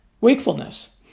wakefulness